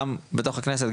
גם בתוך הכנסת,